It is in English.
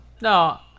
No